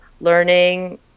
learning